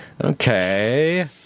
Okay